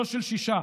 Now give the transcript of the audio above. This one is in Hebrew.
לא של שישה.